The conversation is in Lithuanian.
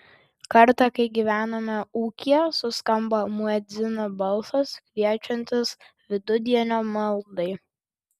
kartą kai gyvenome ūkyje suskambo muedzino balsas kviečiantis vidudienio maldai